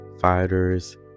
fighters